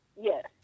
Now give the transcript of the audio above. Yes